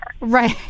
right